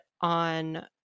on